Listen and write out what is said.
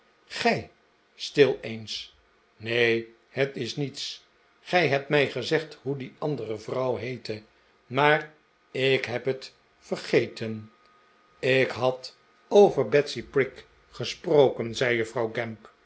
gij stil eens neen het is niets gij hebt mij gezegd hoe die andere vrouw heette maar ik heb het vergeten ik had over betsy prig gesproken zei juffrouw gamp